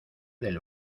del